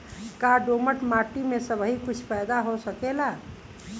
का दोमट माटी में सबही कुछ पैदा हो सकेला?